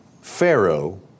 Pharaoh